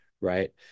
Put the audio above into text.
right